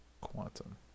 quantum